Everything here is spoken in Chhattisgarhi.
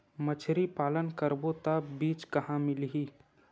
मछरी पालन करबो त बीज कहां मिलही?